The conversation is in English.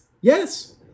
Yes